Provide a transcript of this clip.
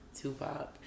Tupac